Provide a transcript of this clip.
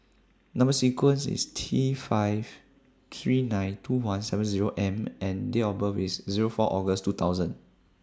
Number sequence IS T five three nine two one seven Zero M and Date of birth IS Zero four August two thousand